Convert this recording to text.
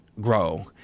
grow